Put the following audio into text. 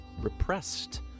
repressed